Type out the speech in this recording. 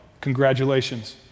congratulations